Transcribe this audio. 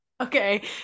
okay